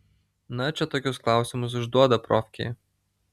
na čia tokius klausimus užduoda profkėje